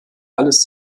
alles